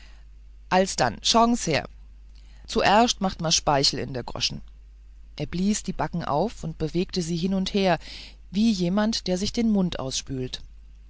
alsdann schaugens här zuerscht macht me speichel in der goschen er blies die backen auf und bewegte sie hin und her wie jemand der sich den mund ausspült